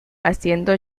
haciendo